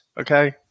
okay